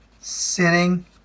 sitting